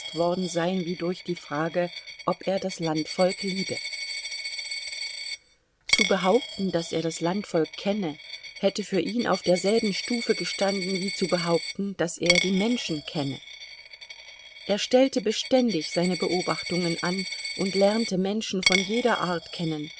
worden sein wie durch die frage ob er das landvolk liebe zu behaupten daß er das landvolk kenne hätte für ihn auf derselben stufe gestanden wie zu behaupten daß er die menschen kenne er stellte beständig seine beobachtungen an und lernte menschen von jeder art kennen